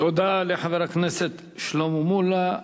תודה לחבר הכנסת שלמה מולה.